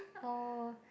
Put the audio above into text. oh